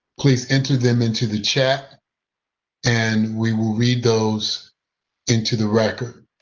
please enter them into the chat and we will read those into the record.